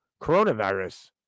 coronavirus